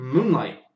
Moonlight